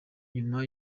nyuma